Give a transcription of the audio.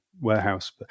warehouse